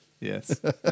Yes